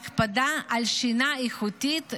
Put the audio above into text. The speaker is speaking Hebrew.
הקפדה על שינה איכותית,